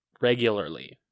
regularly